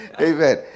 Amen